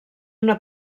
una